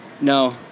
no